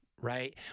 Right